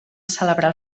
celebrar